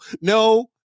no